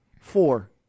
Four